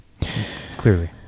Clearly